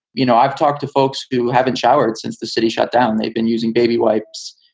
you know, i've talked to folks who haven't showered since the city shut down. they've been using baby wipes.